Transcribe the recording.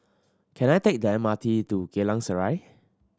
can I take the M R T to Geylang Serai